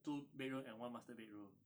two bedroom and one master bedroom